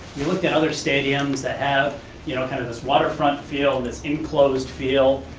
we looked at other stadiums that have you know kind of this waterfront feel, this in-closed feel,